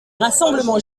rassemblements